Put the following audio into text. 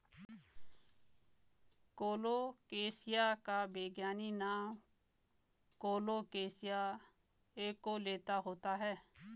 colocasia का वैज्ञानिक नाम कोलोकेशिया एस्कुलेंता होता है